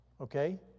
okay